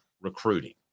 recruiting